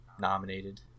nominated